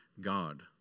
God